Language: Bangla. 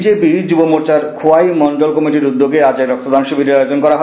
বিজেপি যুব মোর্চার খোয়াই মন্ডল কমিটির উদ্যোগে আজ এক রক্তদান শিবিরের আয়োজন করা হয়